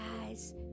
guys